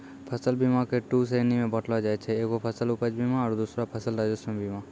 फसल बीमा के दु श्रेणी मे बाँटलो जाय छै एगो फसल उपज बीमा आरु दोसरो फसल राजस्व बीमा